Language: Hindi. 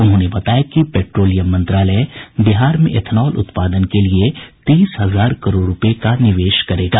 उन्होंने बताया कि पेट्रोलियम मंत्रालय बिहार में एथनॉल उत्पादन के लिए तीस हजार करोड़ रूपये का निवेश करेगा